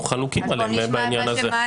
אנחנו חלוקים עליהם בעניין הזה.